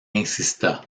insista